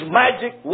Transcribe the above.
magic